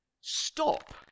stop